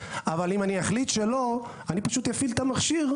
אבל אם אני אחליט שלא אני פשוט אפעיל את המכשיר.